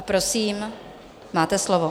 Prosím, máte slovo.